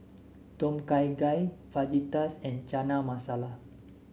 Tom Kha Gai Fajitas and Chana Masala